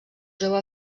jove